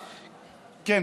איימן,